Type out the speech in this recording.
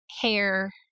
hair